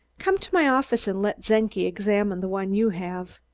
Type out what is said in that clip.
come to my office and let czenki examine the one you have.